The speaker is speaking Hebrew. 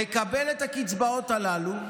מקבל את הקצבאות הללו,